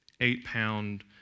eight-pound